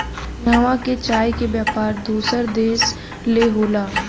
इहवां के चाय के व्यापार दोसर देश ले होला